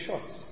shots